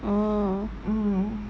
mm